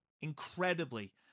incredibly